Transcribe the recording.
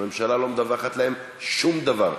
הממשלה לא מדווחת להם שום דבר,